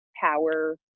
power